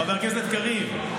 חבר הכנסת קריב,